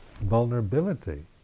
vulnerability